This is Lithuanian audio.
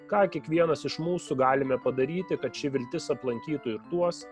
ką kiekvienas iš mūsų galime padaryti kad ši viltis aplankytų ir tuos